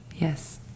yes